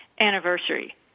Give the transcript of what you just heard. anniversary